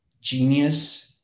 genius